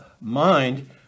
mind